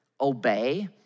obey